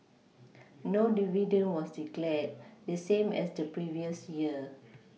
no dividend was declared the same as the previous year